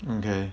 okay